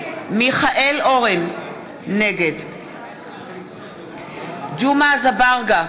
נגד ג'מעה אזברגה,